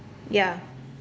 ya